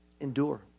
endure